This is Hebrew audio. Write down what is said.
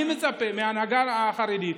אני מצפה מההנהגה החרדית,